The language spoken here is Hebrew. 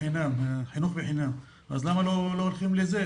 חינוך חינם, אז למה לא הולכים לזה?